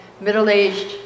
middle-aged